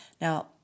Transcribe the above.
Now